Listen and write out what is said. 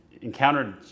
encountered